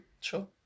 sure